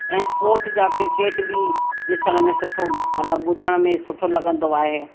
ऐं स्पोट जा क्रिकेट बि ॾिसण में सुठो मतिलबु ॿुधण में सुठो लॻंदो आहे